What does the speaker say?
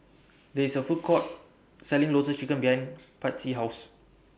There IS A Food Court Selling Lotus Chicken behind Patsy's House